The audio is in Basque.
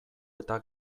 eta